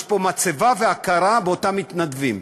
יש פה מצבה והכרה באותם מתנדבים,